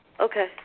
okay